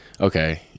okay